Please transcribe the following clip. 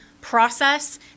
process